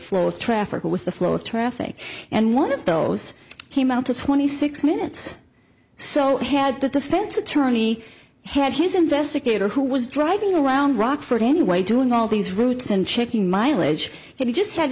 flow of traffic with the flow of traffic and one of those came out of twenty six minutes so had the defense attorney had his investigator who was driving around rockford anyway doing all these routes and checking mileage he just had